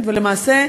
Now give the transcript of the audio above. ולמעשה,